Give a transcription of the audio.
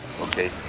Okay